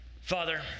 Father